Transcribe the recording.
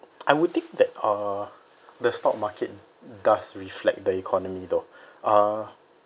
I would think that uh the stock market does reflect the economy though uh